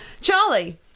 Charlie